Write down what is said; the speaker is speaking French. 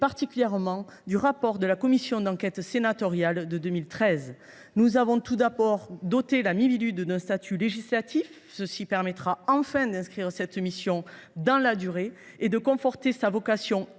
particulièrement celles du rapport de la commission d’enquête sénatoriale de 2013. Nous avons tout d’abord voulu doter la Miviludes d’un statut législatif, ce qui permettra enfin d’inscrire cette mission dans la durée et de conforter sa vocation interministérielle,